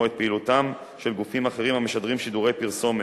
את פעילותם של גופים אחרים המשדרים שידורי פרסומת.